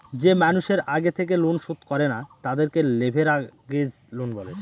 যে মানুষের আগে থেকে লোন শোধ করে না, তাদেরকে লেভেরাগেজ লোন বলে